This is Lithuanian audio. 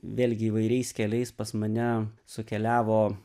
vėlgi įvairiais keliais pas mane sukeliavo